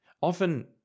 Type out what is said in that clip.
Often